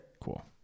Cool